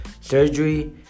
surgery